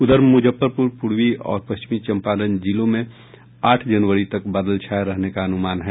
उधर मुजफ्फरपुर पूर्वी और पश्चिमी चंपारण जिलों में आठ जनवरी तक बादल छाये रहने का अनुमान है